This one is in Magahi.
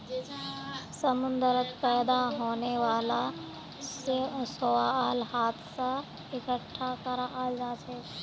समुंदरत पैदा होने वाला शैवाल हाथ स इकट्ठा कराल जाछेक